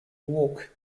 walk